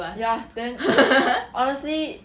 ya then honestly